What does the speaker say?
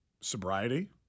sobriety